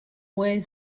way